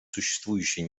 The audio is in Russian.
существующее